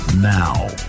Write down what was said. Now